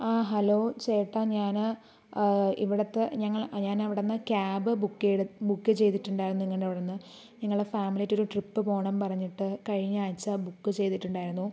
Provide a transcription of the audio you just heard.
ആ ഹലോ ചേട്ടാ ഞാൻ ഇവിടുത്തെ ഞങ്ങൾ ഞാൻ അവിടെ നിന്ന് ക്യാബ് ബുക്ക് ചെയ്ത് ബുക്ക് ചെയ്തിട്ടുണ്ടായിരുന്നു നിങ്ങളുടെ അവിടെ നിന്ന് ഞങ്ങൾ ഫാമിലിയായിട്ട് ഒരു ട്രിപ്പ് പോകണം പറഞ്ഞിട്ട് കഴിഞ്ഞ ആഴ്ച ബുക്ക് ചെയ്തിട്ടുണ്ടായിരുന്നു